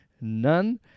None